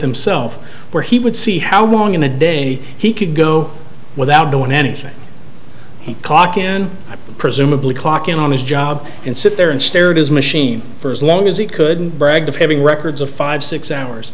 himself where he would see how long a day he could go without doing anything he clock in presumably clock in on his job and sit there and stared his machine for as long as he could brag of having records of five six hours